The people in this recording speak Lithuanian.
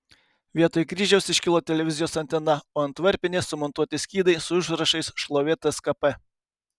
vietoj kryžiaus iškilo televizijos antena o ant varpinės sumontuoti skydai su užrašais šlovė tskp